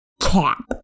cap